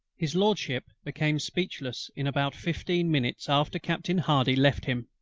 his lordship became speechless in about fifteen minutes after captain hardy left him.